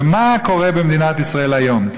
ומה קורה במדינת ישראל היום?